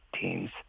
teams